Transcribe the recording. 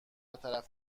طرف